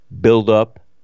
build-up